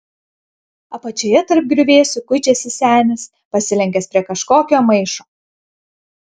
apačioje tarp griuvėsių kuičiasi senis pasilenkęs prie kažkokio maišo